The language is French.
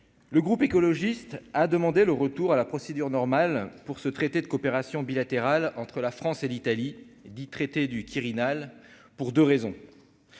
le groupe écologiste a demandé le retour à la procédure normale pour ce traité de coopération bilatérale entre la France et l'Italie 10 traité du Quirinal pour 2 raisons